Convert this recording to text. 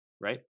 right